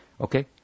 okay